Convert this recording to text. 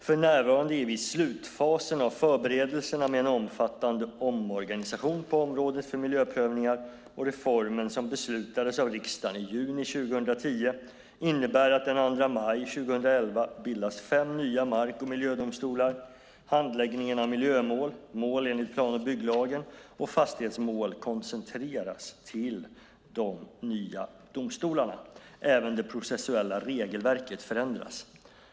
För närvarande är vi i slutfasen av förberedelserna med en omfattande omorganisation på området för miljöprövningar. Reformen, som beslutades av riksdagen i juni 2010, innebär att det den 2 maj 2011 bildas fem nya mark och miljödomstolar. Handläggningen av miljömål, mål enligt plan och bygglagen och fastighetsmål koncentreras till de nya domstolarna. Även det processuella regelverket förändras.